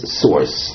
source